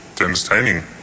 entertaining